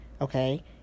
okay